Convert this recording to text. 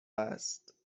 است